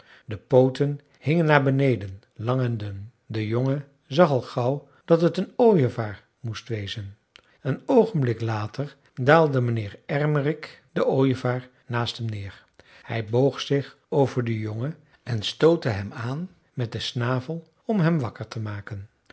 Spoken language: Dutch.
de pooten hingen naar beneden lang en dun de jongen zag al gauw dat het een ooievaar moest wezen een oogenblik later daalde mijnheer ermerik de ooievaar naast hem neer hij boog zich over den jongen en stootte hem aan met den snavel om hem wakker te maken